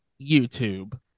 YouTube